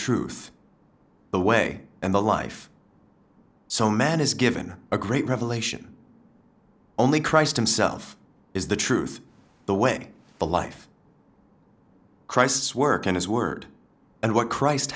truth the way and the life so man is given a great revelation only christ himself is the truth the way the life christ's work and his word and what christ